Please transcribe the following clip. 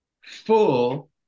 full